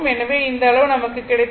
எனவே இந்த அளவு நமக்கு கிடைத்தது